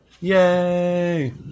yay